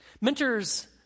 Mentors